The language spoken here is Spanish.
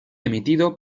emitido